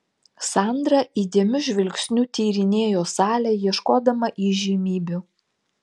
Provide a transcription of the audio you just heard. sandra įdėmiu žvilgsniu tyrinėjo salę ieškodama įžymybių